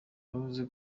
yavuze